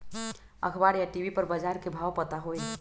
अखबार या टी.वी पर बजार के भाव पता होई?